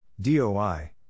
DOI